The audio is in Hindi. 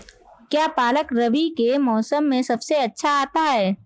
क्या पालक रबी के मौसम में सबसे अच्छा आता है?